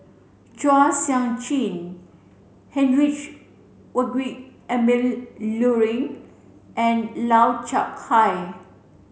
Chua Sian Chin Heinrich Emil Luering and Lau Chiap Khai